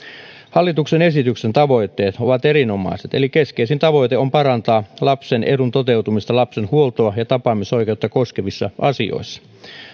hallituksen esityksen tavoitteet ovat erinomaiset eli keskeisin tavoite on parantaa lapsen edun toteutumista lapsen huoltoa ja tapaamisoikeutta koskevissa asioissa